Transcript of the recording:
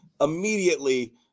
immediately